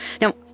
Now